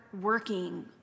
working